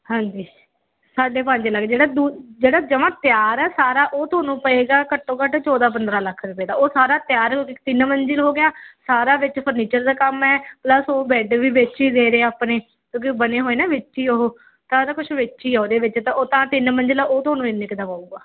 ਹਾਂਜੀ ਸਾਢੇ ਪੰਜ ਲੱਖ ਜਿਹੜਾ ਦੂ ਜਿਹੜਾ ਜਮਾਂ ਤਿਆਰ ਹੈ ਸਾਰਾ ਉਹ ਤੁਹਾਨੂੰ ਪਵੇਗਾ ਘੱਟੋ ਘੱਟ ਚੋਦਾਂ ਪੰਦਰਾਂ ਲੱਖ ਰੁਪਏ ਦਾ ਉਹ ਸਾਰਾ ਤਿਆਰ ਉਹਦੇ 'ਚ ਤਿੰਨ ਮੰਜ਼ਿਲ ਹੋ ਗਿਆ ਸਾਰਾ ਵਿੱਚ ਫਰਨੀਚਰ ਦਾ ਕੰਮ ਹੈ ਪਲਸ ਉਹ ਬੈਡ ਵੀ ਵਿੱਚ ਹੀ ਦੇ ਰਿਹਾ ਆਪਣੇ ਕਿਉਂਕਿ ਬਣੇ ਹੋਏ ਨਾ ਵਿੱਚ ਹੀ ਉਹ ਤਾਂ ਕੁਝ ਵਿਚ ਹੀ ਆ ਉਹਦੇ ਵਿੱਚ ਤਾਂ ਉਹ ਤਾਂ ਤਿੰਨ ਮੰਜ਼ਿਲਾ ਉਹ ਤੁਹਾਨੂੰ ਇੰਨੇ ਕੁ ਦਾ ਪਵੇਗਾ